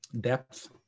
depth